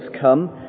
come